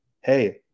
Hey